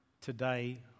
today